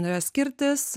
norėjo skirtis